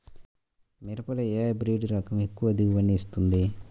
మిరపలో ఏ హైబ్రిడ్ రకం ఎక్కువ దిగుబడిని ఇస్తుంది?